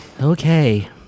Okay